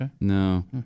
No